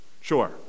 sure